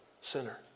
sinner